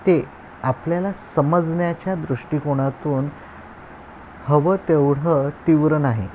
ते आपल्याला समजण्याच्या दृष्टिकोनातून हवं तेवढं तीव्र नाही